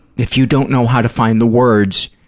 if you don't know how to find the words,